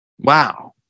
Wow